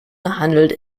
handelt